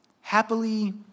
happily